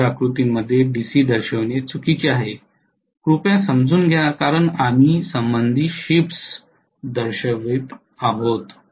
phasor आकृतीमध्ये DC दर्शविणे चुकीचे आहे कृपया समजून घ्या कारण आम्ही संबंधित शिफ्ट्स दर्शवित आहोत